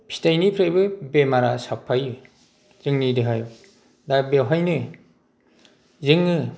फिथाइनिफ्रायबो बेमारा साबफायो जोंनि देहायाव दा बेयावहायनो जोङो